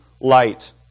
light